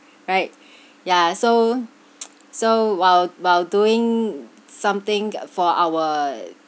alright yeah so so while while doing something for our